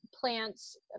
plants